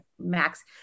max